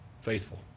Faithful